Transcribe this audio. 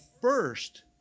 first